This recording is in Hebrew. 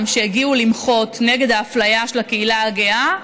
שהגיעו למחות נגד האפליה של הקהילה הגאה,